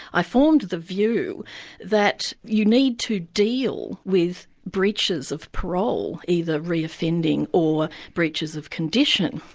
i formed the view that you need to deal with breaches of parole, either reoffending or breaches of condition.